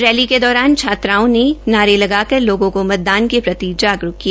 rally के दौरान छात्राओं ने नारे लगाकर लोगों को मतदान के प्रति जागरूक किया